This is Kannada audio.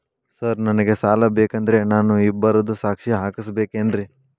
ಸರ್ ನನಗೆ ಸಾಲ ಬೇಕಂದ್ರೆ ನಾನು ಇಬ್ಬರದು ಸಾಕ್ಷಿ ಹಾಕಸಬೇಕೇನ್ರಿ?